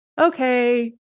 okay